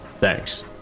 thanks